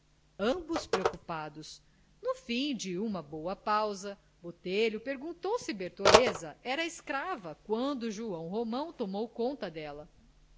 ambos preocupados no fim de uma boa pausa botelho perguntou se bertoleza era escrava quando joão romão tomou conta dela